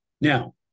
Now